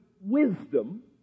wisdom